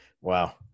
wow